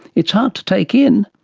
it's hard to take in.